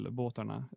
båtarna